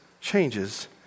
changes